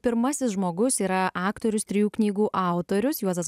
pirmasis žmogus yra aktorius trijų knygų autorius juozas